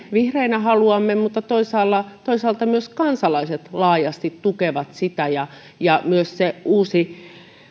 vihreinä haluamme mutta mitä toisaalta myös kansalaiset laajasti tukevat ja mitä tukee myös se uusi